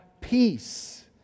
peace